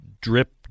drip